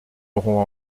auront